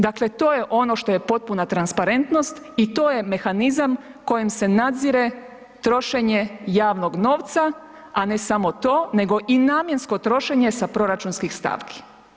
Dakle, to je ono što je potpuna transparentnost i to je mehanizam kojim se nadzire trošenje javnog novca, a ne samo to, nego i namjensko trošenje sa proračunskih stavki.